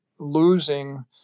Losing